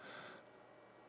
ya